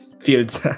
fields